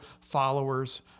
followers